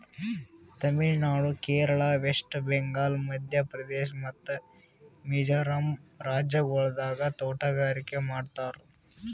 Tamil Nadu, Kerala, West Bengal, Madhya Pradesh ಮತ್ತ ಮಿಜೋರಂ ರಾಜ್ಯಗೊಳ್ದಾಗ್ ತೋಟಗಾರಿಕೆ ಮಾಡ್ತಾರ್